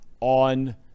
on